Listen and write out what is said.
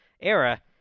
era